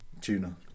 tuna